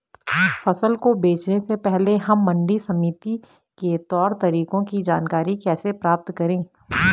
फसल को बेचने से पहले हम मंडी समिति के तौर तरीकों की जानकारी कैसे प्राप्त करें?